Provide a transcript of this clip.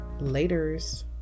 laters